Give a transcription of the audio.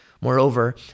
Moreover